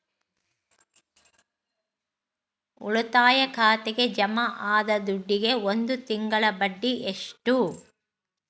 ಉಳಿತಾಯ ಖಾತೆಗೆ ಜಮಾ ಆದ ದುಡ್ಡಿಗೆ ಒಂದು ತಿಂಗಳ ಬಡ್ಡಿ ಎಷ್ಟು?